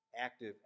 active